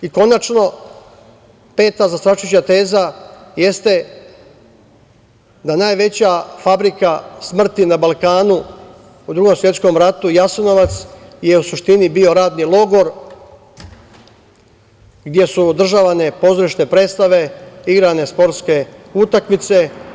I konačno, peta zastrašujuća teza jeste da najveća fabrika smrti na Balkanu u Drugom svetskom ratu, Jasenovac, je u suštini bio radni logor gde su održavane pozorišne predstave, igrane sportske utakmice.